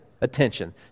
attention